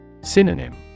Synonym